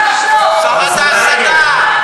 השרה רגב,